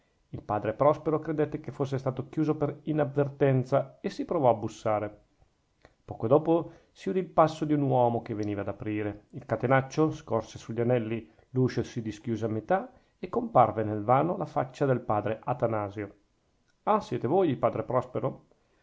il padre prospero credette che fosse stato chiuso per inavvertenza e si provò a bussare poco dopo si udì il passo di un uomo che veniva ad aprire il catenaccio scorse sugli anelli l'uscio si dischiuse a metà e comparve nel vano la faccia del padre atanasio ah siete voi padre prospero